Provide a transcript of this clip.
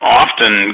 often